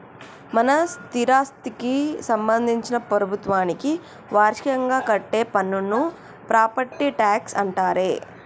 మన స్థిరాస్థికి సంబందించిన ప్రభుత్వానికి వార్షికంగా కట్టే పన్నును ప్రాపట్టి ట్యాక్స్ అంటారే